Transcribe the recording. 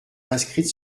inscrite